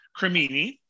cremini